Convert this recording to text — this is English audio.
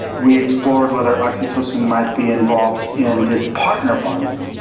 we explored whether oxytocin might be involved in this partner bonding.